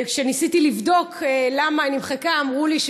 כשניסיתי לבדוק למה היא נמחקה אמרו לי: